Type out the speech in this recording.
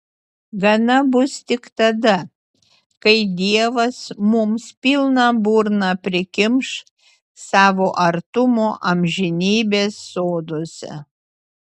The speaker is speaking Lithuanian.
gana bus tik tada kai dievas mums pilną burną prikimš savo artumo amžinybės soduose